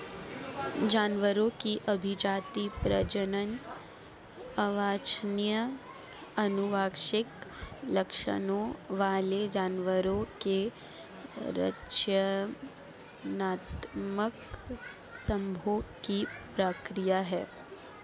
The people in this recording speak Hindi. जानवरों की अभिजाती, प्रजनन वांछनीय आनुवंशिक लक्षणों वाले जानवरों के चयनात्मक संभोग की प्रक्रिया है